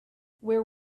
where